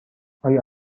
آیا